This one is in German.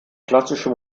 klassische